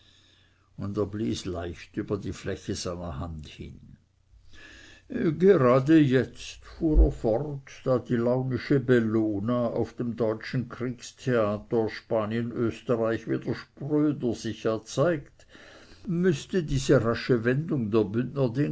und er blies leicht über die fläche seiner hand hin gerade jetzt fuhr er fort da die launische bellona auf dem deutschen kriegstheater spanien österreich wieder spröder sich erzeigt müßte diese rasche wendung der